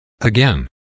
Again